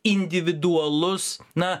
individualus na